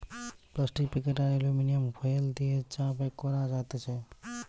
plastic packet আর aluminium foil দিয়ে চা প্যাক করা যাতেছে